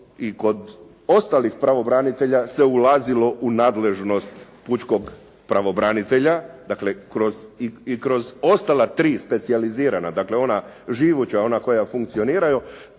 i kod ostalih pravobranitelja se ulazilo u nadležnost pučkog pravobranitelja i kroz ostala tri specijalizirana, dakle ona živuća, ona koja funkcioniraju,